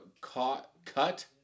cut